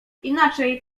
inaczej